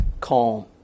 calm